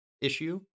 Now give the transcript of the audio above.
issue